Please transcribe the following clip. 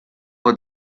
for